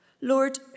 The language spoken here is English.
Lord